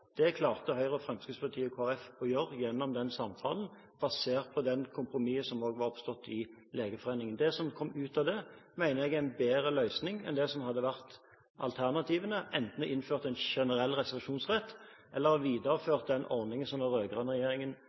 Det klarte Høyre og Fremskrittspartiet og Kristelig Folkeparti å gjøre gjennom den samtalen, basert på det kompromisset som da var gjort i Legeforeningen. Det som kom ut av det, mener jeg er en bedre løsning enn det som hadde vært alternativene, enten å innføre en generell reservasjonsrett eller videreføre den ordningen som den rød-grønne regjeringen